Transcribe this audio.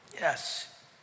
yes